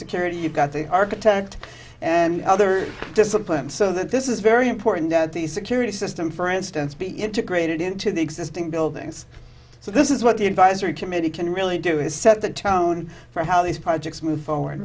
security you've got the architect and other disciplines so that this is very important that the security system for instance be integrated into the existing buildings so this is what the advisory committee can really do is set the tone for how these projects m